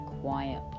quiet